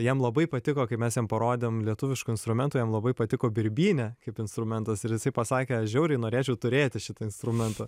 jam labai patiko kai mes jam parodėm lietuviškų instrumentų jam labai patiko birbynė kaip instrumentas ir jisai pasakė žiauriai norėčiau turėti šitą instrumentą